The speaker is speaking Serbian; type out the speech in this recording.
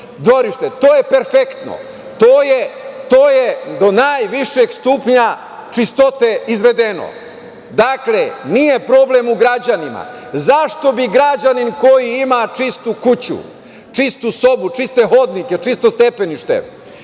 dvorišta, to je perfektno. To je do najvišeg stupnja čistote izvedeno. Dakle, nije problem u građanima. Zašto bi građanin koji ima čistu kuću, čistu sobu, čiste hodnike, čisto stepenište,